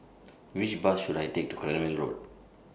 Which Bus should I Take to Cranwell Road